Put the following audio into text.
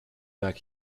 berg